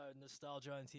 nostalgia